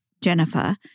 Jennifer